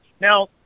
Now